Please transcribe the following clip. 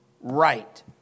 right